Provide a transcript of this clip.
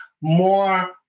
more